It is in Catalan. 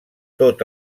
tot